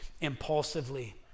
impulsively